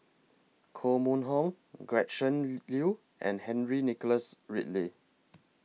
Koh Mun Hong Gretchen Liu and Henry Nicholas Ridley